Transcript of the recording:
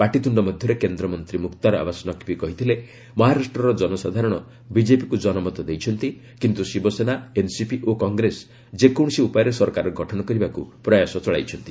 ପାଟିତ୍ରୁଣ୍ଡ ମଧ୍ୟରେ କେନ୍ଦ୍ରମନ୍ତ୍ରୀ ମୁକ୍ତାର ଆବାସ ନକ୍ବୀ କହିଥିଲେ ମହାରାଷ୍ଟ୍ରର ଜନସାଧାରଣ ବିଜେପିକୁ ଜନମତ ଦେଇଛନ୍ତି କିନ୍ତୁ ଶିବସେନା ଏନ୍ସିପି ଓ କଂଗ୍ରେସ ଯେକୌଣସି ଉପାୟରେ ସରକାର ଗଠନ କରିବାକୁ ପ୍ରୟାସ ଚଳାଇଛନ୍ତି